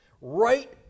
Right